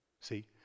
See